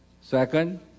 Second